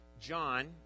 John